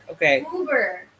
Uber